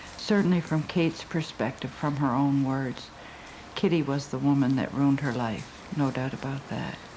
certainly from kate's perspective from her own words kitty was the woman that ruined her life, no doubt about that.